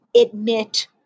admit